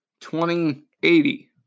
2080